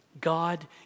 God